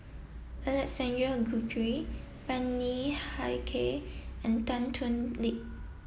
Alexander Guthrie Bani Haykal and Tan Thoon Lip